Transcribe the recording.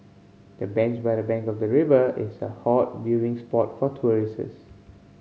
the bench by the bank of the river is a hot viewing spot for tourists